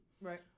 Right